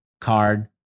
card